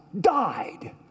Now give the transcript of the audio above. died